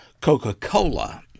Coca-Cola